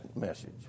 message